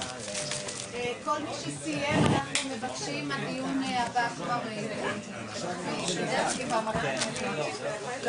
הישיבה ננעלה בשעה 12:00.